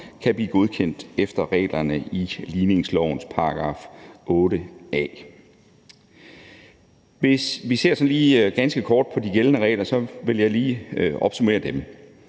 kan blive godkendt efter reglerne i ligningslovens § 8 A. Hvis vi lige ganske kort ser på de gældende regler, vil jeg lige opsummere dem.